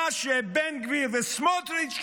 מה שבן גביר וסמוטריץ'